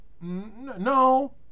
No